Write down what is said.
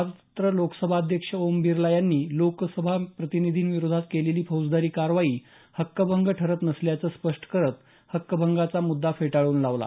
मात्र लोकसभाध्यक्ष ओम बिर्ला यांनी लोकप्रतिनिधींविरोधात केलेली फौजदारी कारवाई हक्कभंग ठरत नसल्याचं स्पष्ट करत हक्कभंगाचा मुद्दा फेटाळून लावला